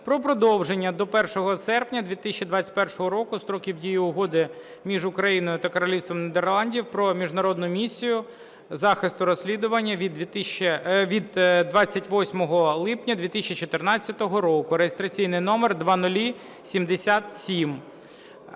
про продовження до 1 серпня 2021 року строку дії Угоди між Україною та Королівством Нідерланди про Міжнародну місію захисту розслідування від 28 липня 2014 року ( реєстраційний номер 0077).